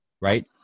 right